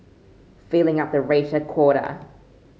filling up the racial quota